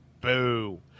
Boo